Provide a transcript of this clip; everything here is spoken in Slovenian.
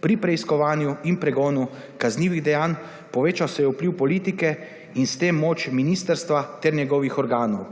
pri preiskovanju in pregonu kaznivih dejanj, povečal se je vpliv politike in s tem moč ministrstva ter njegovih organov.